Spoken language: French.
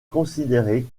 considérés